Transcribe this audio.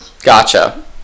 Gotcha